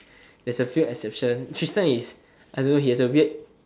there's a few exception Tristan is I don't know he has a weird